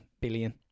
billion